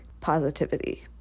positivity